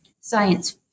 science